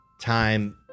time